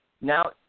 Now